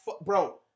bro